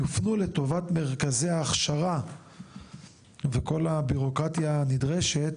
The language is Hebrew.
יופנו לטובת מרכזי ההכשרה וכל הבירוקרטיה הנדרשת,